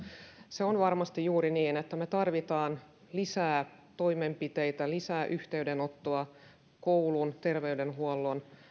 se on varmasti juuri niin että me tarvitsemme lisää toimenpiteitä lisää yhteydenottoa koulun terveydenhuollon